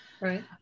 right